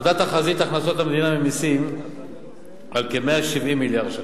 עמדה תחזית הכנסות המדינה ממסים על כ-170 מיליארד ש"ח,